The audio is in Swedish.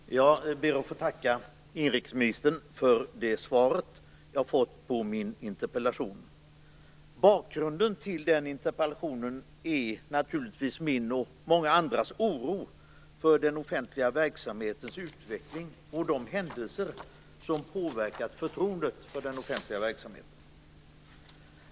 Fru talman! Jag ber att få tacka inrikesministern för svaret på min interpellation. Bakgrunden till interpellationen är naturligtvis min och många andras oro för den offentliga verksamhetens utveckling och de händelser som har påverkat förtroendet för den offentliga verksamheten.